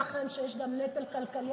אנחנו יודעים שיש לנו המון יתומים,